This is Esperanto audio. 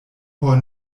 por